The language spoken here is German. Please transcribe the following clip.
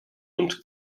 und